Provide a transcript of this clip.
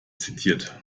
zitiert